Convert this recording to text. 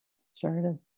started